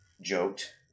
joked